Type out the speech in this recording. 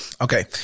Okay